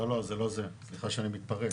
לא, לא זה לא זה, סליחה שאני מתפרץ.